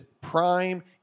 prime